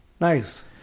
Nice